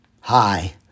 Hi